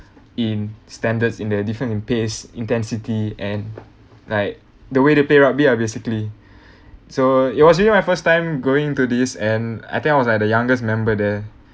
in standards in their different in pace intensity and like the way they play rugby ah basically so it was really my first time going to this and I think I was like the youngest member there